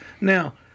Now